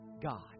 God